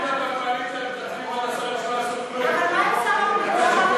שרים שלא עשו כלום.